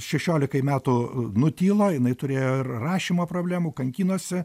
šešiolikai metų nutyla jinai turėjo ir rašymo problemų kankinosi